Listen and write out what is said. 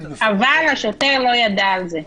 אבל השוטר לא ידע על זה?